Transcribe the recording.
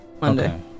Monday